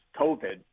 COVID